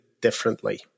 differently